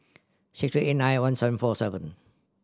six three eight nine one seven four seven